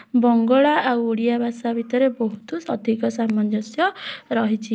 ବଙ୍ଗଳା ଆଉ ଓଡ଼ିଆ ଭାଷା ଭିତରେ ବହୁତ ଅଧିକ ସାମଞ୍ଜସ୍ୟ ରହିଛି